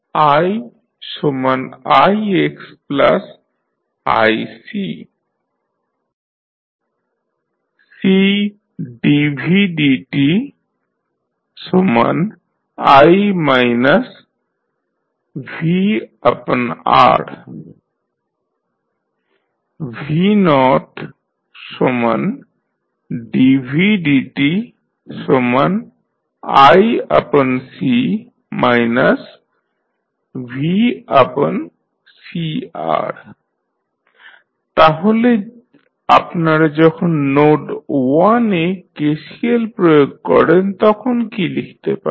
iixiC Cdvdti vR vdvdtiC vCR তাহলে আপনারা যখন নোড 1 এ KCL প্রয়োগ করেন তখন কী লিখতে পারেন